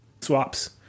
swaps